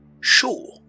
Sure